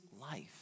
life